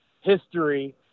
history